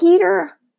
Peter